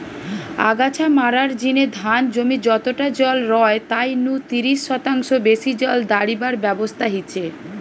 আগাছা মারার জিনে ধান জমি যতটা জল রয় তাই নু তিরিশ শতাংশ বেশি জল দাড়িবার ব্যবস্থা হিচে